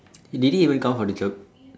eh did he even come for the job